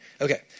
okay